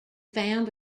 found